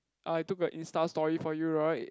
I took a insta story for you right